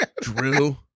Drew